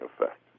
effect